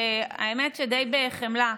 האמת שדי בחמלה,